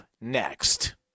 next